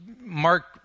Mark